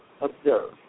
observe